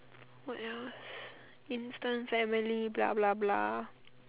what else instant family blah blah blah